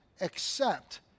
accept